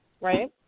right